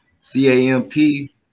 C-A-M-P